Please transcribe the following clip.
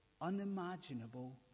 unimaginable